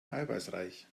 eiweißreich